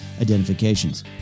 identifications